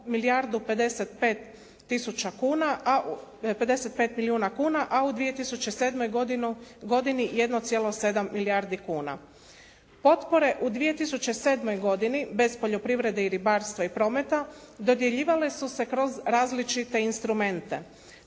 milijardu 55 milijuna kuna a u 2007. godini 1,7 milijardi kuna. Potpore u 2007. godini bez poljoprivrede, ribarstva i prometa dodjeljivale su se kroz različite instrumente.